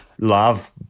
Love